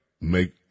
make